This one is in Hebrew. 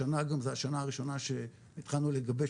השנה זאת גם השנה שהתחלנו לגבש,